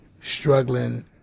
struggling